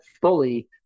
fully